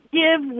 give